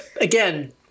Again